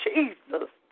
Jesus